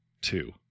two